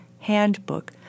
Handbook